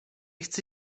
chcę